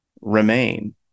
remain